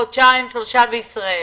וחודשיים-שלושה בישראל,